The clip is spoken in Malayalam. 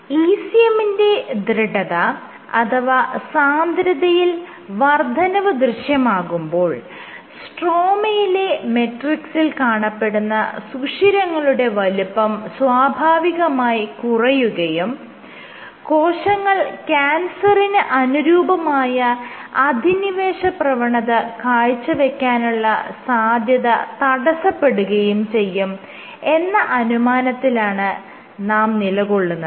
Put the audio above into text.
ECM ന്റെ ദൃഢത അഥവാ സാന്ദ്രതയിൽ വർദ്ധനവ് ദൃശ്യമാകുമ്പോൾ സ്ട്രോമയിലെ മെട്രിക്സിൽ കാണപ്പെടുന്ന സുഷിരങ്ങളുടെ വലുപ്പം സ്വാഭാവികമായി കുറയുകയും കോശങ്ങൾ ക്യാൻസറിന് അനുരൂപമായ അധിനിവേശ പ്രവണത കാഴ്ചവെക്കാനുള്ള സാധ്യത തടസ്സപ്പെടുകയും ചെയ്യും എന്ന അനുമാനത്തിലാണ് നാം നിലകൊള്ളുന്നത്